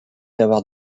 d’avoir